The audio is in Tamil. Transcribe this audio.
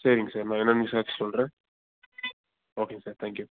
சரிங்க சார் நான் என்னென்ன ச விசாரிச்சுட்டு சொல்கிறேன் ஓகேங்க சார் தேங்க் யூ